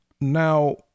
now